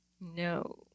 No